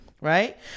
Right